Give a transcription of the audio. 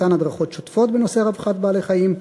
מתן הדרכות שוטפות בנושא רווחת בעלי-חיים,